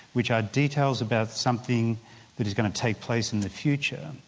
which are details about something that is going to take place in the future,